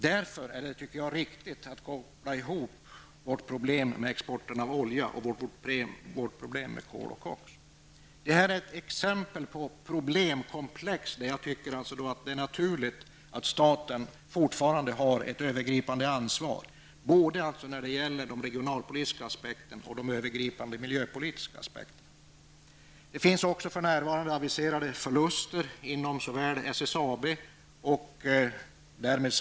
Jag tycker därför att det är riktigt att koppla ihop vårt problem med exporten av olja och vårt problem med kol och koks. Detta är ett exempel på problemkomplex där jag tycker att det är naturligt att staten fortfarande har ett övergripande ansvar dvs. när det gäller de regionalpolitiska aspekterna och de övergripande miljöpolitiska aspekterna. För närvarande aviseras också förluster inom såväl Steel.